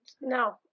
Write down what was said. No